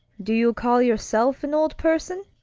do you call yourself an old person?